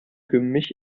gemisch